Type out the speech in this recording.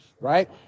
Right